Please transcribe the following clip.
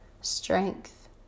strength